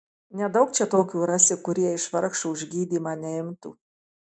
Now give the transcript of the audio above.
nedaug čia tokių rasi kurie iš vargšų už gydymą neimtų